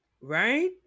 right